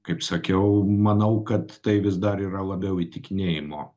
kaip sakiau manau kad tai vis dar yra labiau įtikinėjimo